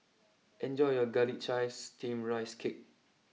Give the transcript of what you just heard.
enjoy your Garlic Chives Steamed Rice Cake